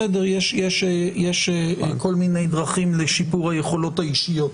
בסדר, יש כל מיני דרכים לשיפור היכולות האישיות.